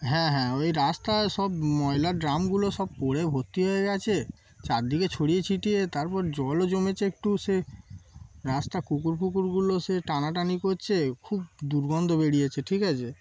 হ্যাঁ হ্যাঁ ওই রাস্তা সব ময়লার ড্রামগুলো সব পড়ে ভর্তি হয়ে গেছে চারদিকে ছড়িয়ে ছিটিয়ে তারপর জলও জমেছে একটু সে রাস্তা কুকুর কুকুরগুলো সে টানাটানি করছে খুব দুর্গন্ধ বেরিয়েছে ঠিক আছে